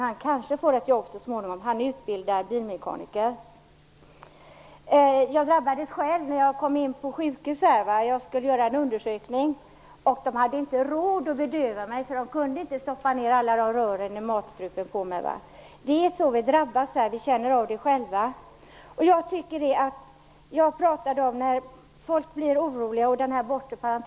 Han kanske får ett jobb så småningom. Han är utbildad bilmekaniker. Jag drabbades själv när jag kom in på sjukhus, där jag skulle genomgå en undersökning. De hade inte råd att bedöva mig, när de hade problem med att stoppa ned alla rör i matstrupen på mig. Det är så vi drabbas. Vi får själva känna av nedskärningarna. Jag tog upp frågan om människors oro och den bortre parentesen.